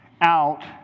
out